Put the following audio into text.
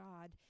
God